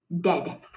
dead